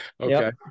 Okay